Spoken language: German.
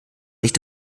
nicht